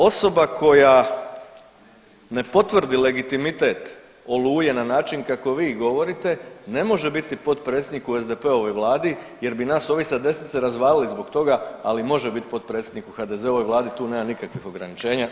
Osoba koja ne potvrdi legitimitet Oluje na način kako vi govorite ne može biti potpredsjednik u SDP-ovoj vladi jer bi nas ovi sa desnice razvalili zbog toga, ali može biti potpredsjednik u HDZ-ovoj vladi, tu nema nikakvih ograničenja.